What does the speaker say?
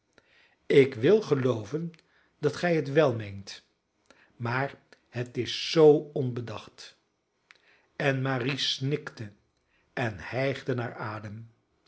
ik wil gelooven dat gij het wèl meent maar het is zoo onbedacht en marie snikte en hijgde naar adem